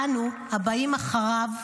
אנו, הבאים אחריו,